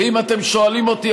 ואם אתם שואלים אותי,